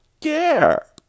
care